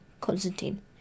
Constantine